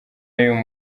y’uyu